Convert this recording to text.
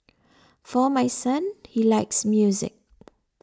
for my son he likes music